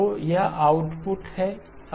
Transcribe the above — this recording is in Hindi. तो यह आउटपुट है